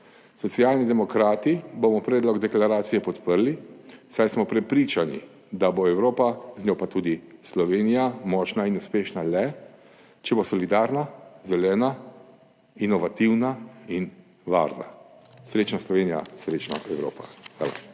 Socialni demokrati bomo predlog deklaracije podprli, saj smo prepričani, da bo Evropa, z njo pa tudi Slovenija, močna in uspešna le, če bo solidarna, zelena, inovativna in varna. Srečno Slovenija, srečna Evropa! Hvala.